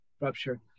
rupture